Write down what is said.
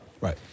Right